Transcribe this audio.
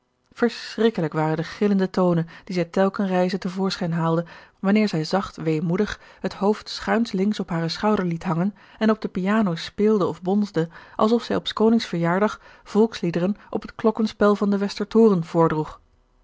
kelijk waren de gillende toonen die zij telken reize te voorschijn haalde wanneer zij zacht weemoedig het hoofd schuins links op haren schouder liet hangen en op de piano speelde of bonsde alsof zij op s konings verjaardag volksliederen op het klokkenspel van den westertoren